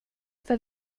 för